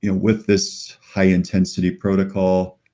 and with this high intensity protocol,